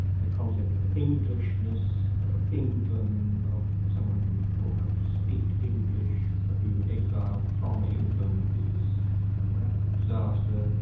the concept of englishness, of england, of someone who's brought up to speak english, for whom exile from england is a radical disaster,